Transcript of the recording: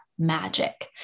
magic